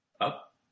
Up